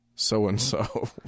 so-and-so